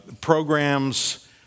programs